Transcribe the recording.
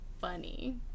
funny